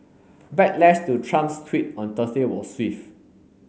backlash to Trump's tweet on Thursday was swift